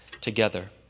together